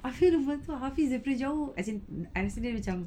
I feel even told hafiz daripada jauh as in I yesterday macam